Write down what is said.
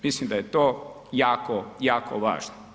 Mislim da je to jako, jako važno.